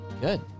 Good